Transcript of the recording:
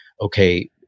Okay